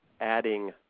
adding